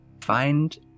find